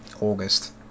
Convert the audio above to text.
August